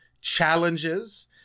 challenges